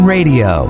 Radio